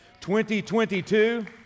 2022